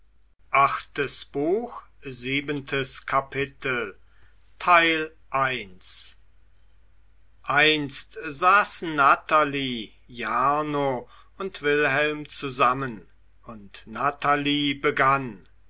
siebentes kapitel einst saßen natalie jarno und wilhelm zusammen und natalie begann